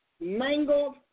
Mangled